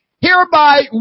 Hereby